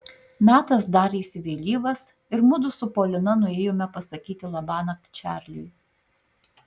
metas darėsi vėlyvas ir mudu su polina nuėjome pasakyti labanakt čarliui